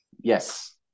Yes